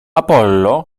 apollo